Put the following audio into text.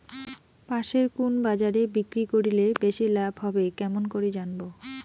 পাশের কুন বাজারে বিক্রি করিলে বেশি লাভ হবে কেমন করি জানবো?